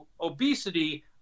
obesity